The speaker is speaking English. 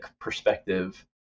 perspective